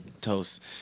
toast